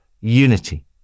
unity